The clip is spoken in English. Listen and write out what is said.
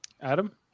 Adam